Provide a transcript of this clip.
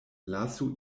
lasu